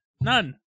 None